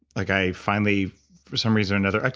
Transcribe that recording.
like i finally, for some reason or another,